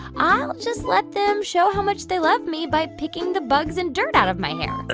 i'll just let them show how much they love me by picking the bugs and dirt out of my hair but